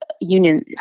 union